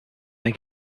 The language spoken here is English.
make